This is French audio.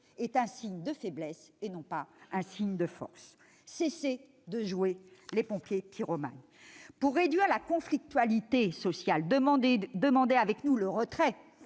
est un signe de faiblesse, et non de force. Cessez de jouer les pompiers pyromanes ! Pour réduire la conflictualité sociale, demandez avec nous le retrait